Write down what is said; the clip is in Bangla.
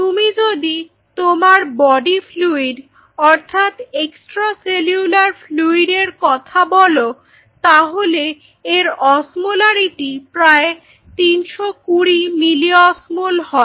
তুমি যদি তোমার বডি ফ্লুইড অর্থাৎ এক্সট্রা সেলুলার ফ্লুইড এর কথা বল তাহলে এর অসমোলারিটি প্রায় 320 মিলি অস্মল হয়